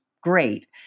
great